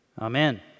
Amen